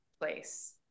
place